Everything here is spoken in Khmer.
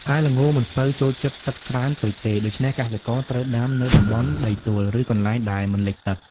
តែល្ងមិនសូវចូលចិត្តទឹកច្រើនពេកទេ ដូច្នេះកសិករត្រូវដាំនៅតំបន់ដីទួល ឬកន្លែងដែលមិនលិចទឹក។